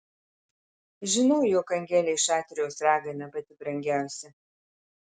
žinau jog angelei šatrijos ragana pati brangiausia